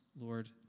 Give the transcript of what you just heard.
Lord